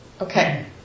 Okay